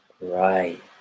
right